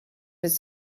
his